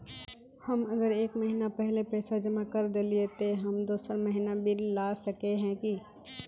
हम अगर एक महीना पहले पैसा जमा कर देलिये ते हम दोसर महीना बिल ला सके है की?